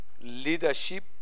leadership